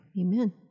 Amen